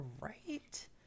Right